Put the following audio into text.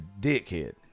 dickhead